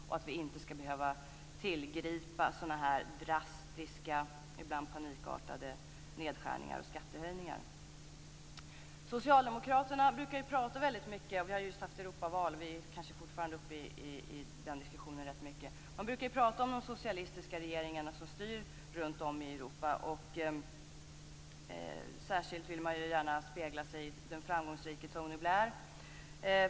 Vi skall inte behöva tillgripa drastiska, ibland panikartade, nedskärningar och skattehöjningar. Socialdemokraterna brukar ju tala väldigt mycket - vi har ju just haft Europaparlamentsval och kanske fortfarande är inne i den diskussionen rätt mycket - om de socialistiska regeringarna som styr runt om i Europa. Särskilt vill man ju gärna spegla sig i den framgångsrike Tony Blair.